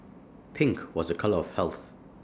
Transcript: pink was A colour of health